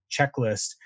checklist